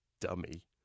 dummy